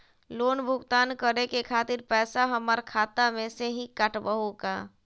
Loan भुगतान करे के खातिर पैसा हमर खाता में से ही काटबहु का?